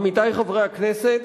עמיתי חברי הכנסת,